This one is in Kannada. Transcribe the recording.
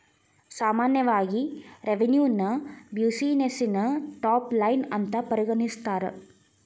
ಸಾಮಾನ್ಯವಾಗಿ ರೆವೆನ್ಯುನ ಬ್ಯುಸಿನೆಸ್ಸಿನ ಟಾಪ್ ಲೈನ್ ಅಂತ ಪರಿಗಣಿಸ್ತಾರ?